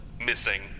missing